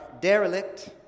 derelict